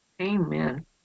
Amen